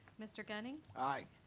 mr. gunning? aye.